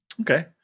okay